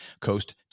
coast